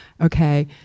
Okay